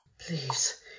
Please